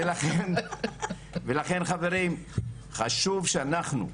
ולכן חברים, חשוב שאנחנו,